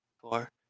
four